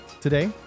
today